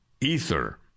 ether